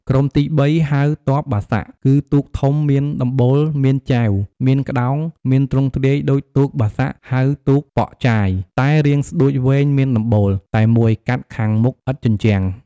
ក្រុមទី៣ ហៅ ទ័ពបាសាក់ គឺទូកធំមានដំបូលមានចែវ មានក្តោង មានទ្រង់ទ្រាយដូចទូកបាសាក់ ហៅទូក ប៉ុកចាយ តែរាងស្តួចវែងមានដំបូល តែមួយកាត់ខាងមុខឥតជញ្ជាំង។